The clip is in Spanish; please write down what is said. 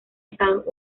estados